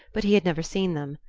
but he had never seen them.